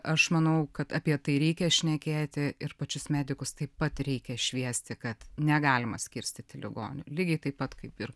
aš manau kad apie tai reikia šnekėti ir pačius medikus taip pat reikia šviesti kad negalima skirstyti ligonių lygiai taip pat kaip ir